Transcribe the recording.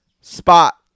spot